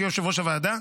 שיהיה יושב-ראש הוועדה,